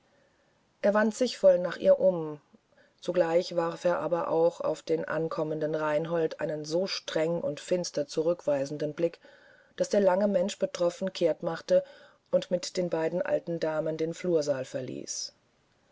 er wandte sich voll nach ihr um zugleich warf er aber auch auf den herankommenden reinhold einen so streng und finster zurückweisenden blick daß der lange mensch betroffen kehrt machte und mit den beiden alten damen den flursaal verließ